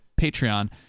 Patreon